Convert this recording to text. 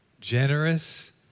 generous